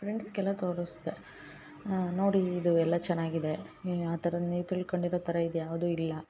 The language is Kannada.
ಫ್ರೆಂಡ್ಸ್ಗೆಲ್ಲ ತೋರುಸ್ದೆ ನೋಡಿ ಇದು ಎಲ್ಲ ಚೆನ್ನಾಗಿದೆ ಏ ಆ ಥರ ನೀವು ತಿಳ್ಕೊಂಡು ಇರೋ ಥರ ಇದು ಯಾವುದು ಇಲ್ಲ